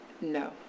No